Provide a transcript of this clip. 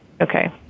okay